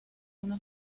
una